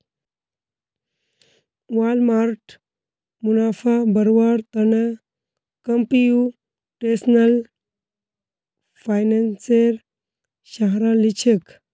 Walmart मुनाफा बढ़व्वार त न कंप्यूटेशनल फाइनेंसेर सहारा ली छेक